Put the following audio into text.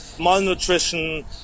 malnutrition